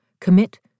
Commit